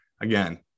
Again